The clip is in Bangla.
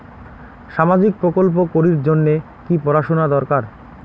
সামাজিক প্রকল্প করির জন্যে কি পড়াশুনা দরকার?